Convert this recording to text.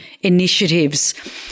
initiatives